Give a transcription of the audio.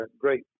great